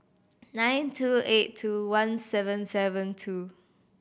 nine two eight two one seven seven two